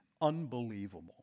unbelievable